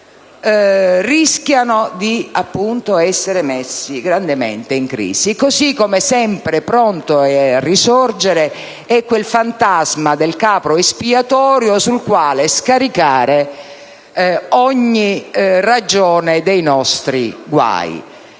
rischiano di essere messi grandemente in crisi. Allo stesso modo, sempre pronto a risorgere è quel fantasma del capro espiatorio sul quale scaricare ogni ragione dei nostri guai